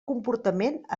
comportament